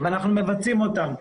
ואנחנו מבצעים אותם.